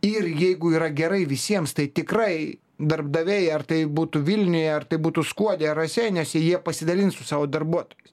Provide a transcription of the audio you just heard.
ir jeigu yra gerai visiems tai tikrai darbdaviai ar tai būtų vilniuje ar tai būtų skuode raseiniuose jie pasidalins su savo darbuotojais